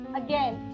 again